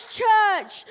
church